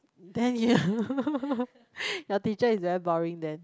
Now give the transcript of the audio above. than you your teacher is very boring then